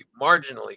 marginally